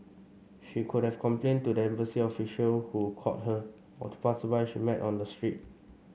she could have complained to the embassy official who called her or to passersby she met on the street